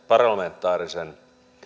parlamentaarisen